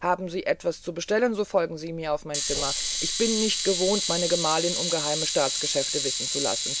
haben sie etwas zu bestellen so folgen sie mir auf mein zimmer ich bin nicht gewohnt meine gemahlin um geheime staatsgeschäfte wissen zu lassen